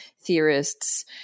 theorists